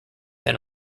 than